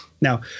Now